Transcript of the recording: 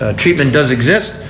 ah treatment does exist.